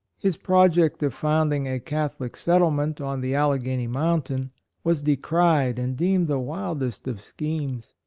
his project of found ing a catholic settlement on the alleghany mountain was decried and deemed the wildest of schemes.